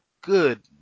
Good